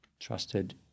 trusted